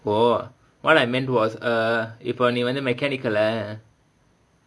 oh what I meant was uh if இப்போ நீ வந்து:ippo nee vandhu mechanical leh